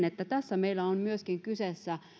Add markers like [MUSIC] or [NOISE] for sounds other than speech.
[UNINTELLIGIBLE] että tässä meillä on myöskin kyseessä